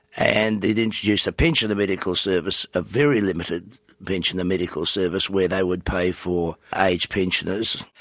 and it introduced a pensioner medical service, a very limited pensioner medical service, where they would pay for age pensioners,